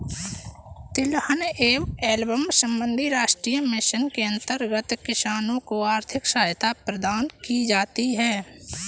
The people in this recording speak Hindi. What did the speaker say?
तिलहन एवं एल्बम संबंधी राष्ट्रीय मिशन के अंतर्गत किसानों को आर्थिक सहायता प्रदान की जाती है